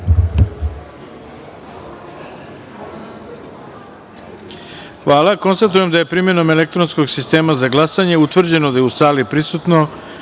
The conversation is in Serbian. jedinice. Hvala. Konstatujem da je, primenom elektronskog sistema za glasanje, utvrđeno da je u sali prisutno